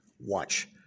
watch